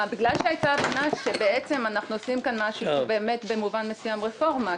בגלל שהיתה הבנה שאנחנו עושים כאן משהו שהוא באמת במובן מסוים רפורמה,